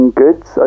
goods